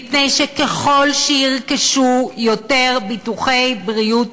מפני שככל שירכשו יותר ביטוחי בריאות